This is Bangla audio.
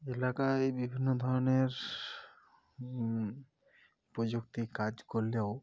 এলাকায় বিভিন্ন ধরনের প্রযুক্তি কাজ করলেও